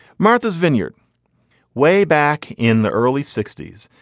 martha's vineyard way back in the early sixty s.